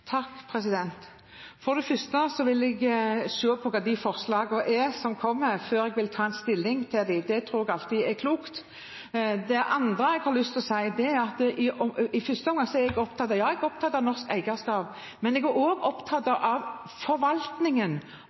For det første vil jeg se på forslagene som kommer, før jeg vil ta stilling til dem. Det tror jeg alltid er klokt. Det andre jeg har lyst til å si, er at jeg er opptatt av norsk eierskap. Men jeg er også opptatt av forvaltningen av skogen, for skogen er noe av